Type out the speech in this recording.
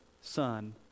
Son